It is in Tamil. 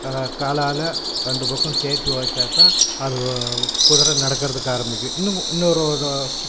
காலால் ரெண்டு பக்கமும் சேர்த்து உதச்சாக்கா அது குதுரை நடக்கிறத்துக்கு ஆரம்மிக்கும் இன்னும் இன்னொரு ஒதை